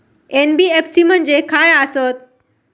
NBFC म्हणजे खाय आसत?